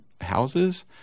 houses